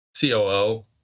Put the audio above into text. COO